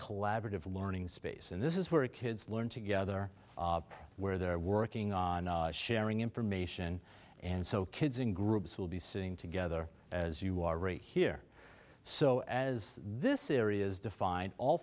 collaborative learning space and this is where kids learn together where they're working on sharing information and so kids in groups will be sitting together as you are right here so as this area is defined all